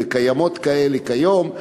וקיימות כאלה כיום.